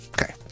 okay